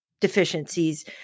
deficiencies